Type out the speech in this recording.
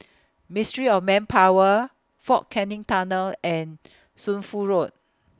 Ministry of Manpower Fort Canning Tunnel and Shunfu Road